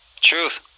Truth